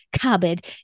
cupboard